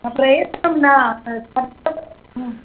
प्रयोजनं न